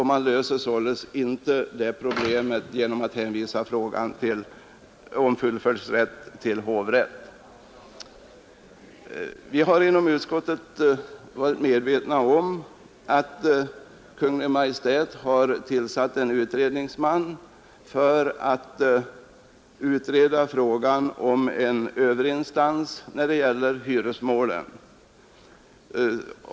Man löser således inte problemet genom fullföljdsrätt till hovrätt. Vi har inom utskottet varit medvetna om att Kungl. Maj:t har tillsatt en utredningsman för att utreda frågan om en överinstans när det gäller hyresmålen.